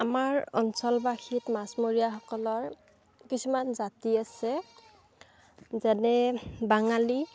আমাৰ অঞ্চলবাসীক মাছমৰীয়াসকলৰ কিছুমান জাতি আছে যেনে বঙালী